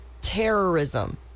Terrorism